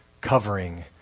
covering